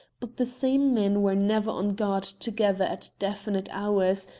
but the same men were never on guard together at definite hours,